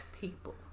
people